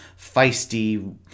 feisty